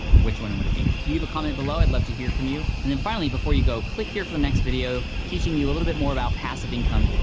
which one and would it be? leave a comment below, i'd love to hear from you. and then finally, before you go, click here for the next video, teaching you a little bit more about passive income,